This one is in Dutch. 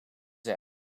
zij